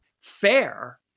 fair